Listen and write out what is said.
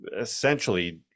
essentially